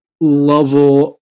level